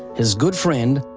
his good friend,